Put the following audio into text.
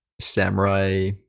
samurai